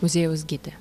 muziejaus gidė